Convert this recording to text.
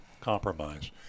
compromise